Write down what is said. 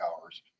hours